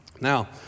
Now